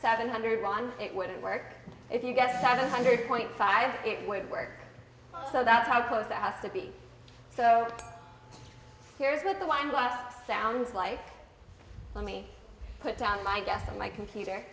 seven hundred one it wouldn't work if you get seven hundred point five it would work so that how close that has to be so here's what the wind was sounds like let me put down my guest on my computer